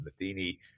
Matheny